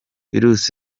virus